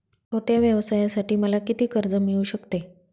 छोट्या व्यवसायासाठी मला किती कर्ज मिळू शकते?